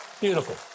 beautiful